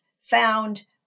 found